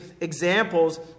examples